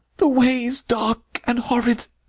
the way s dark and horrid!